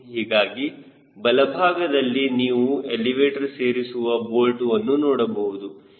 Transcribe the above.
ಹೀಗಾಗಿ ಬಲಭಾಗದಲ್ಲಿ ನೀವು ಎಲಿವೇಟರ್ ಸೇರಿಸುವ ಬೋಲ್ಟ್ವನ್ನು ನೋಡಬಹುದು